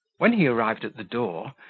when he arrived at the door,